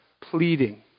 pleading